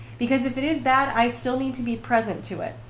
because if it is bad i still need to be present to it.